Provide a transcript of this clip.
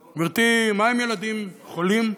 גברתי, מהם ילדים חולים,